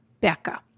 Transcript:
Becca